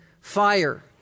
fire